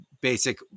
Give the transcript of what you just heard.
basic